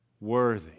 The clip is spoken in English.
Worthy